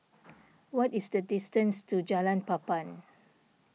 what is the distance to Jalan Papan